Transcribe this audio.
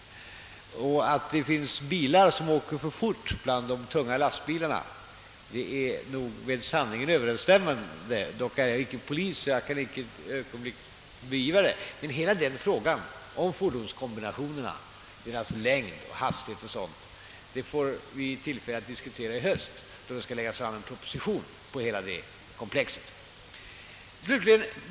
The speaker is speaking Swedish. Och att det finns tunga lastbilar som kör för fort är det nog ingen tvekan om. Men jag är inte polis och kan därför inte beivra det. Hela frågan om fordonskombinationernas längd och bilarnas hastighet får vi emellertid tillfälle att diskutera i höst, då det kommer att framläggas en proposition rörande hela det komplexet.